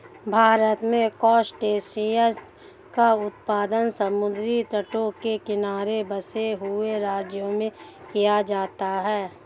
भारत में क्रासटेशियंस का उत्पादन समुद्री तटों के किनारे बसे हुए राज्यों में किया जाता है